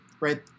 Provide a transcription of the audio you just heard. right